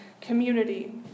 community